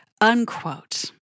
unquote